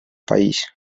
país